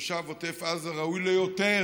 תושב עוטף עזה ראוי ליותר,